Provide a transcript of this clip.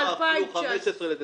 אפשר אפילו 15 בדצמבר,